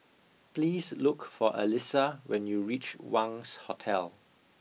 please look for Alissa when you reach Wangz Hotel